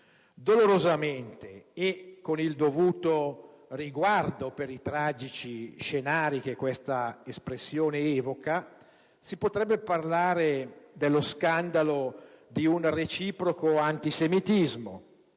Dolorosamente e con il dovuto riguardo per i tragici scenari che questa espressione evoca, si potrebbe parlare dello scandalo di un reciproco antisemitismo: